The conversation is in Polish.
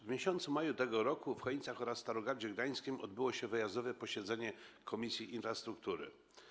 W maju tego roku w Chojnicach oraz Starogardzie Gdańskim odbyło się wyjazdowe posiedzenie Komisji Infrastruktury.